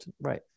right